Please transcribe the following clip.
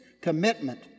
commitment